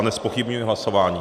Nezpochybňuji hlasování.